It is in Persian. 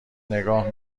نگاه